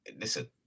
Listen